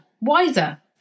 wiser